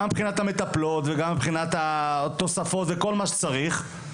גם מבחינת המטפלות וגם מבחינת התוספות וכל מה שצריך,